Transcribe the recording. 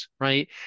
right